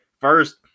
First